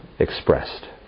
expressed